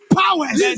powers